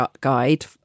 guide